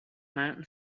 mountain